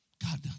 God